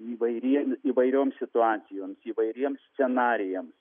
įvairiems įvairioms situacijoms įvairiems scenarijams